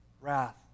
wrath